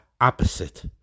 opposite